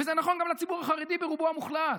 וזה נכון גם לציבור החרדי, ברובו המוחלט.